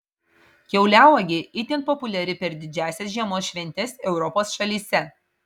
kiauliauogė itin populiari per didžiąsias žiemos šventes europos šalyse